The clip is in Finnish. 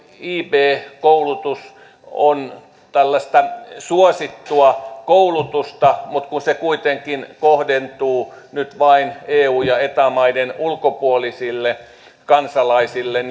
ib koulutus on tällaista suosittua koulutusta mutta tämä kuitenkin kohdentuu nyt vain eu ja eta maiden ulkopuolisille kansalaisille